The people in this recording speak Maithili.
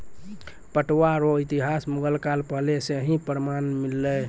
पटुआ रो इतिहास मुगल काल पहले से ही प्रमान मिललै